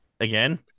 again